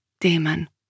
demon